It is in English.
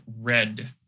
red